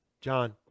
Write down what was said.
John